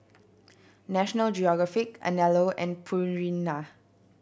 National Geographic Anello and Purina